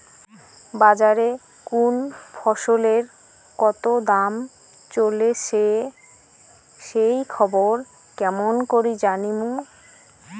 বাজারে কুন ফসলের কতো দাম চলেসে সেই খবর কেমন করি জানীমু?